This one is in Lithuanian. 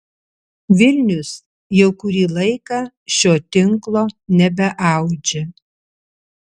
vilnius jau kurį laiką šio tinklo nebeaudžia